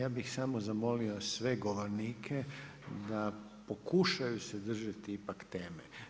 Ja bih samo zamolio sve govornike da pokušaju se držati ipak teme.